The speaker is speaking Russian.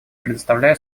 предоставляю